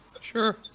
sure